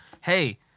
hey